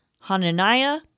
Hananiah